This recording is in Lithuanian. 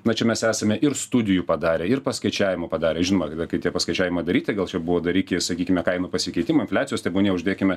va čia mes esame ir studijų padarę ir paskaičiavimų padarę žinoma dar kai tie paskaičiavimai daryti gal čia buvo dar iki sakykime kainų pasikeitimo infliacijos tebūnie uždėkime